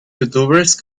youtubers